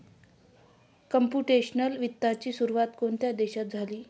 Computational वित्ताची सुरुवात कोणत्या देशात झाली?